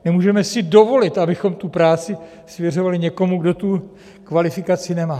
Nemůžeme si dovolit, abychom tu práci svěřovali někomu, kdo tu kvalifikaci nemá.